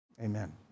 Amen